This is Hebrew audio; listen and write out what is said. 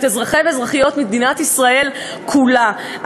את אזרחי ואזרחיות מדינת ישראל כולה,